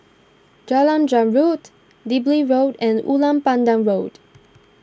Jalan Zamrud Digby Road and Ulu Pandan Road